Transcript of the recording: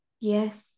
yes